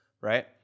right